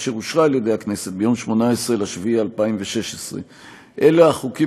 אשר אושרה על ידי הכנסת ביום 18 ביולי 2016. אלה החוקים